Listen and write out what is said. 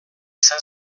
izan